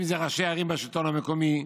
אם זה ראשי ערים בשלטון המקומי,